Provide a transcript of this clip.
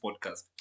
podcast